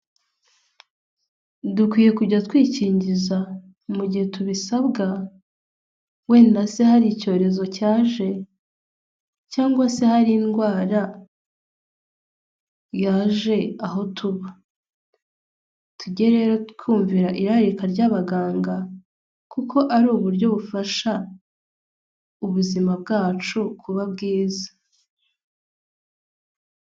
Dukwiye kujya twikingiza mu gihe tubisabwa wenda se hari icyorezo cyaje, cyangwa se hari indwara yaje aho tujye rero twumvira irarika ry'abaganga kuko ari uburyo bufasha ubuzima bwacu kuba bwiza.